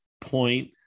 point